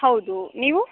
ಹೌದು ನೀವು